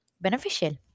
beneficial